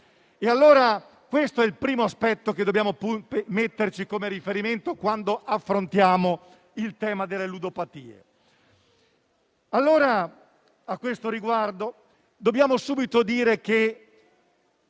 Questo è il primo aspetto che dobbiamo prendere come riferimento quando affrontiamo il tema delle ludopatie. A questo riguardo, dobbiamo subito dire che